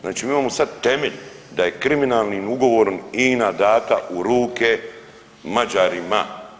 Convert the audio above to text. Znači mi imamo sad temelj da je kriminalnim ugovorom INA dana u ruke Mađarima.